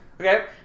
Okay